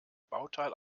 bauteil